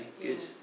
Good